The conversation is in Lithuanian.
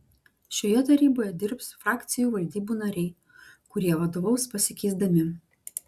šioje taryboje dirbs frakcijų valdybų nariai kurie vadovaus pasikeisdami